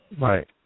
Right